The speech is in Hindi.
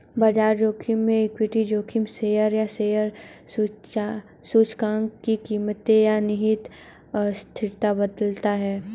बाजार जोखिम में इक्विटी जोखिम शेयर या शेयर सूचकांक की कीमतें या निहित अस्थिरता बदलता है